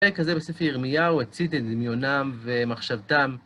כזה בספר ירמיהו הצית את דמיונם ומחשבתם.